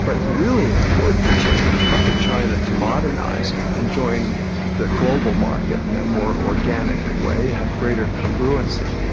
but really important change for china to modernise and join the global market in a more organic way, have greater congruency.